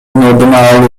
ордуна